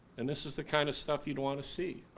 and this is the kind of stuff you'd want to see.